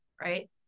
right